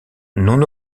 non